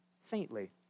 saintly